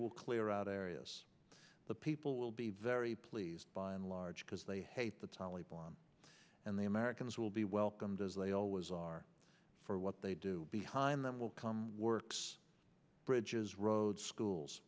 will clear out areas the people will be very pleased by and large because they hate the taliban and the americans will be welcomed as they always are for what they do behind them will come works bridges roads schools